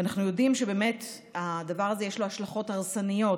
ואנחנו יודעים שלדבר הזה יש השלכות הרסניות,